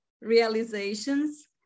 realizations